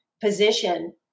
position